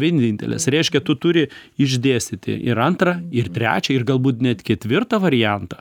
vienintelės reiškia tu turi išdėstyti ir antrą ir trečią ir galbūt net ketvirtą variantą